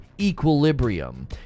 equilibrium